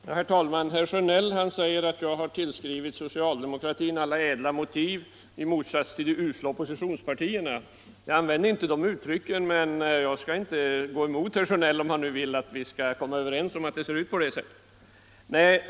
Herr talman! Herr Sjönell säger att jag har tillskrivit socialdemokratin alla ädla motiv i motsats till de usla oppositionspartierna. Jag använde inte de uttrycken, men jag skall inte gå emot herr Sjönell om han nu vill att vi skall komma överens om att det ser ut på det sättet.